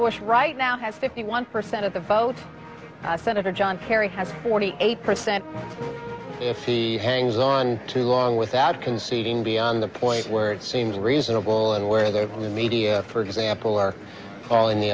bush right now has fifty one percent of the vote senator john kerry has forty eight percent if he hangs on too long without conceding beyond the point where it seems reasonable and where they are in the media for example are all in the